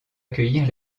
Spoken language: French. accueillir